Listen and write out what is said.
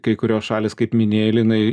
kai kurios šalys kaip minėjai linai